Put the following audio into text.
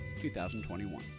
2021